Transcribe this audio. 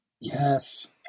Yes